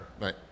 Right